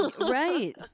Right